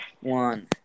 One